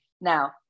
Now